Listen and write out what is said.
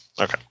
okay